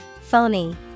Phony